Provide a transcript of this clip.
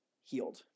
healed